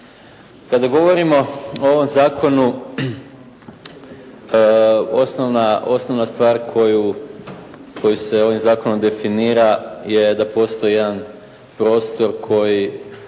Kada govorimo o ovom zakonu osnovna stvar koju se ovim zakonom definira je da postoji jedan prostor koji